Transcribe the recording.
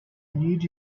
need